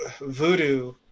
voodoo